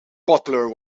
butler